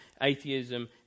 atheism